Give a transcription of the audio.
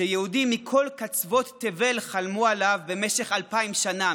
שיהודים מכל קצוות תבל חלמו עליו במשך אלפיים שנה,